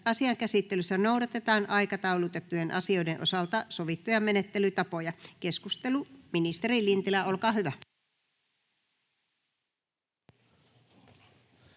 Asian käsittelyssä noudatetaan aikataulutettujen asioiden osalta sovittuja menettelytapoja. — Keskustelu, ministeri Lintilä, olkaa hyvä.